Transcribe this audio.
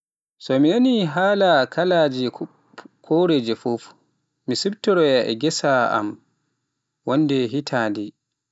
So mi nani haala kaalaje koreje fuf, mi siftoroya e ghessa am wonde hitande.